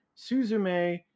Suzume